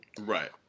Right